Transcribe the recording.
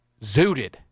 zooted